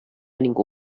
ningú